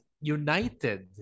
united